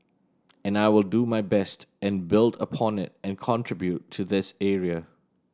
and I will do my best and build upon it and contribute to this area